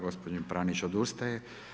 Gospodin Pranić odustaje.